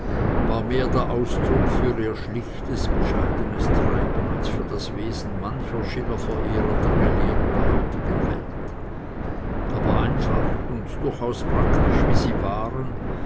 war mehr der ausdruck für ihr schlichtes bescheidenes treiben als für das wesen mancher schillerverehrer der gelehrten heutigen welt aber einfach und durchaus praktisch wie sie waren